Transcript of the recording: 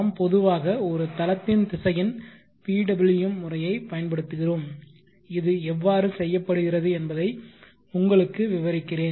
நாம் பொதுவாக ஒரு தளத்தின் திசையன் PWM முறையைப் பயன்படுத்துகிறோம் இது எவ்வாறு செய்யப்படுகிறது என்பதை உங்களுக்கு விவரிக்கிறேன்